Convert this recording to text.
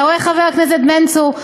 אתה רואה, חבר הכנסת בן צור?